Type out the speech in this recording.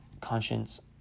conscience